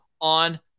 on